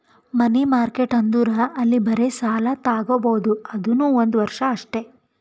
ಮನಿ market ಅಂದುರ್ ಅಲ್ಲಿ ಬರೇ ಸಾಲ ತಾಗೊಬೋದ್ ಅದುನೂ ಒಂದ್ ವರ್ಷ ಅಷ್ಟೇ